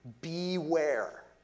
beware